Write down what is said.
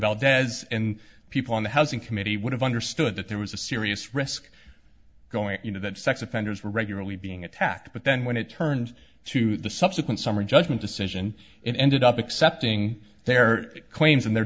as in people on the housing committee would have understood that there was a serious risk going you know that sex offenders were regularly being attacked but then when it turned to the subsequent summary judgment decision it ended up accepting their claims in their